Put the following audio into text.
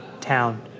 town